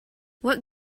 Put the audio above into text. what